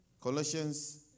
Colossians